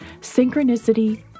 synchronicity